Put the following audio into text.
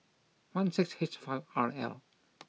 one six H five R L